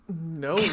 No